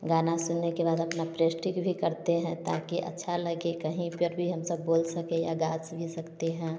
गाना सुनने के बाद अपना प्रैक्टिस भी करते हैं ताकि अच्छा लगे कहीं पर भी हम सब बोल सके या गा भी सकते हैं